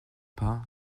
pas